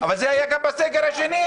אבל זה היה גם בסגר השני.